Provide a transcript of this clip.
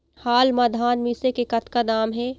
हाल मा धान मिसे के कतका दाम हे?